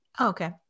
Okay